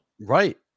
right